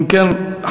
אם כן,